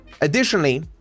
Additionally